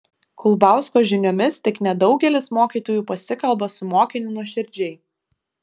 kulbausko žiniomis tik nedaugelis mokytojų pasikalba su mokiniu nuoširdžiai